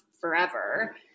forever